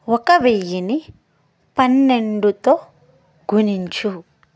ఒక వెయ్యిని పన్నెండుతో గుణించు